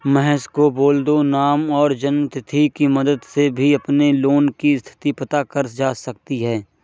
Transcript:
महेश को बोल दो नाम और जन्म तिथि की मदद से भी अपने लोन की स्थति पता की जा सकती है